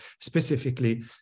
specifically